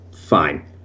fine